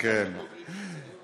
יש לי שני אחים בוגרים קציני ים.